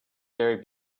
gary